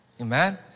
Amen